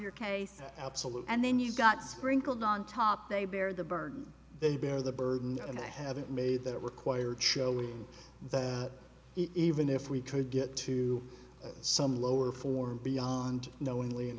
your case absolute and then you've got sprinkled on top they bear the burden they bear the burden and i haven't made that required showing that even if we try to get to some lower for beyond knowingly and